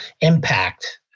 impact